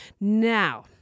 Now